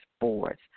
boards